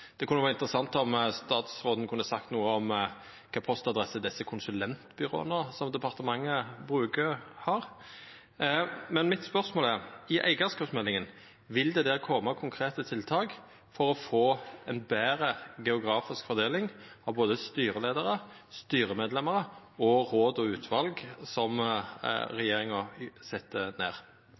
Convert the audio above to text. Det kunne ha vore interessant om statsråden kunne seia noko om kva postadresse desse konsulentbyråa som departementet bruker, har. Men spørsmålet mitt er: Vil det i eigarskapsmeldinga koma konkrete tiltak for å få ei betre geografisk fordeling av både styreleiarar, styremedlemer og råd og utval som regjeringa set ned?